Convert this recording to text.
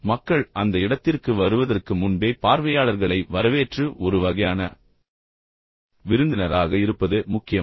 எனவே மக்கள் அந்த இடத்திற்கு வருவதற்கு முன்பே பார்வையாளர்களை வரவேற்று ஒரு வகையான விருந்தினராக இருப்பது முக்கியம்